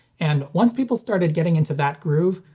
and once people started getting into that groove,